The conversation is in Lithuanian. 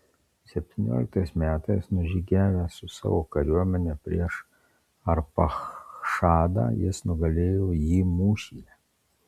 septynioliktais metais nužygiavęs su savo kariuomene prieš arpachšadą jis nugalėjo jį mūšyje